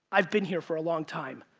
i've been here for a long time.